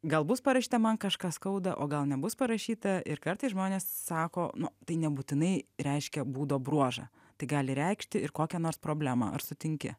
gal bus parašyta man kažką skauda o gal nebus parašyta ir kartais žmonės sako nu tai nebūtinai reiškia būdo bruožą tai gali reikšti ir kokią nors problemą ar sutinki